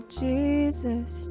jesus